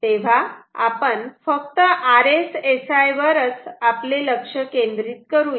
तेव्हा आपण फक्त RSSI वरच आपले लक्ष केंद्रित करूयात